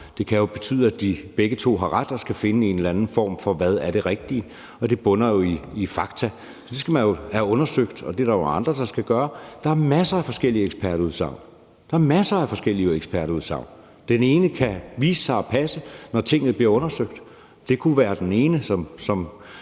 Det kan jo betyde, at de begge to har ret og i en eller anden form skal finde ud af, hvad det rigtige er. Det bunder jo i fakta, og det skal man have undersøgt, og det er der andre der skal gøre. Der er masser af forskellige ekspertudsagn, masser af forskellige ekspertudsagn. Det ene kan vise sig at passe, når tingene bliver undersøgt. Det kunne være det ene, som